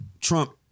Trump